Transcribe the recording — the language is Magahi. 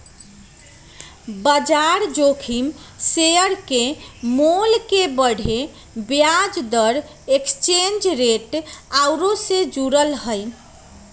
बजार जोखिम शेयर के मोल के बढ़े, ब्याज दर, एक्सचेंज रेट आउरो से जुड़ल हइ